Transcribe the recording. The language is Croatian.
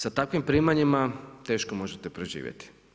Sa takvim primanjima teško možete preživjeti.